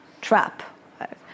trap